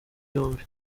byombi